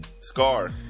Scar